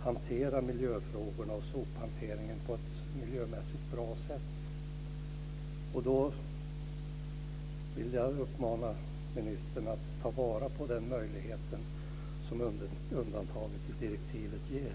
hantera miljöfrågorna och sophanteringen på ett miljömässigt bra sätt. Då vill jag uppmana ministern att ta vara på den möjlighet som undantaget till direktivet ger.